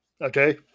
okay